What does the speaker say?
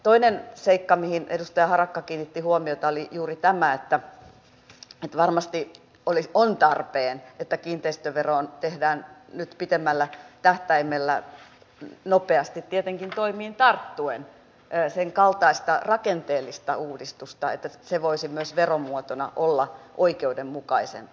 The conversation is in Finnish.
toinen seikka mihin edustaja harakka kiinnitti huomiota oli juuri tämä että varmasti on tarpeen että kiinteistöveroon tehdään nyt pidemmällä tähtäimellä tietenkin nopeasti toimeen tarttuen sen kaltaista rakenteellista uudistusta että se voisi myös veromuotona olla oikeudenmukaisempi